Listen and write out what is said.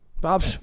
bob